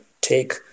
take